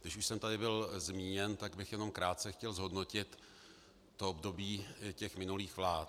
Když už jsem tady byl zmíněn, tak bych jenom krátce chtěl zhodnotit období minulých vlád.